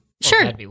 Sure